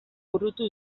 burutu